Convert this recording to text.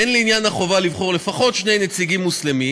הן לעניין החובה לבחור לפחות שני נציגים מוסלמים